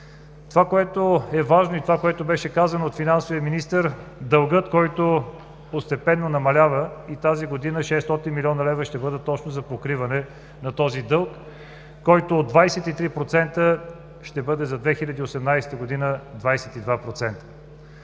Това, което е важно и което беше казано от финансовия министър, дългът, който постепенно намалява и тази година 600 млн. лв. ще бъдат точно за покриване на този дълг, който от 23% за 2018 г.